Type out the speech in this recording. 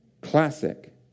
Classic